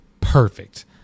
Perfect